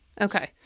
Okay